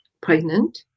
pregnant